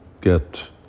get